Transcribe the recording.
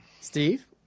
Steve